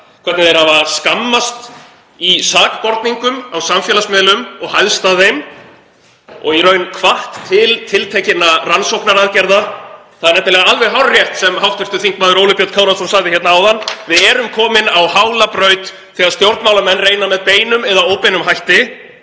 hvernig þeir hafa skammast í sakborningum á samfélagsmiðlum og hæðst að þeim og í raun hvatt til tiltekinna rannsóknaraðgerða. Það er nefnilega alveg hárrétt sem hv. þm. Óli Björn Kárason sagði hér áðan: Við erum komin á hála braut þegar stjórnmálamenn reyna með beinum eða óbeinum hætti